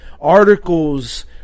articles